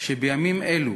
שבימים אלו